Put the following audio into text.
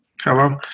Hello